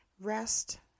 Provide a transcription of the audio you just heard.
rest